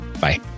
Bye